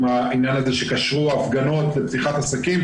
עם העניין הזה שקשרו הפגנות לפתיחת עסקים.